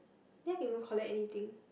did I even collect anything